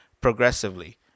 progressively